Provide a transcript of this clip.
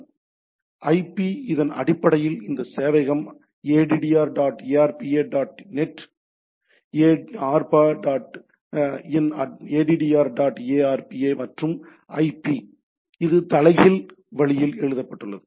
எனவே ஐபி இதன் அடிப்படையில் இந்த சேவையகம் addr dot arpa dot net arpa in addr dot arpa மற்றும் IP இது தலைகீழ் வழியில் எழுதப்பட்டுள்ளது